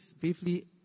briefly